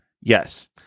Yes